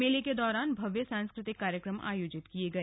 मेले के दौरान भव्य सांस्कृतिक कार्यक्रम आयोजित किये गए